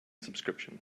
subscription